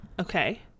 okay